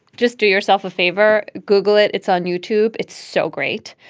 just do yourself a favor. google it. it's on youtube. it's so great.